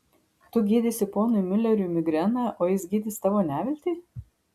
tu gydysi ponui miuleriui migreną o jis gydys tavo neviltį